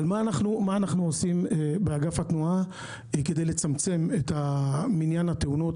מה אנחנו עושים באגף התנועה כדי לצמצם את מניין התאונות,